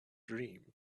dream